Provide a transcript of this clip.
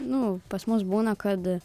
nu pas mus būna kad